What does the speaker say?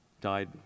died